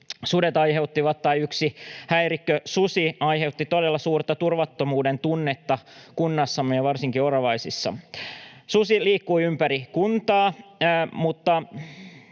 yksi häirikkösusi aiheutti todella suurta turvattomuuden tunnetta kunnassamme ja varsinkin Oravaisissa. Susi liikkui ympäri kuntaa.